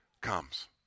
comes